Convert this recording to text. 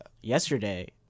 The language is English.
yesterday